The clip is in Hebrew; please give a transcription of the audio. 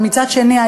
אבל מצד שני,